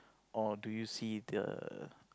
or do you see the